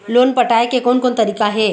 Loan पटाए के कोन कोन तरीका हे?